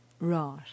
Right